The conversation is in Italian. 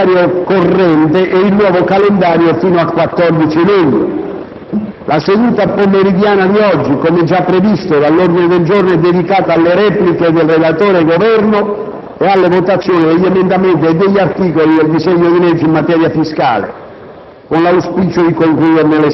approvato modifiche al calendario corrente e il nuovo calendario fino al 14 luglio. La seduta pomeridiana di oggi - come già previsto dall'ordine del giorno - è dedicata alle repliche di relatore e Governo e alle votazioni degli emendamenti e degli articoli del disegno di legge in materia fiscale,